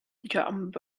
jump